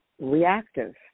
reactive